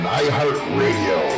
iHeartRadio